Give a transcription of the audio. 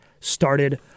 Started